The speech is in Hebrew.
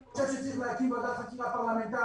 אני חושב שצריך להקים ועדת חקירה פרלמנטרית,